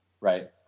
Right